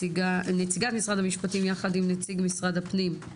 נציגת משרד המשפטים יחד עם נציג משרד הפנים: